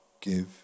give